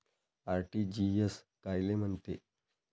RTGS कायले म्हनते?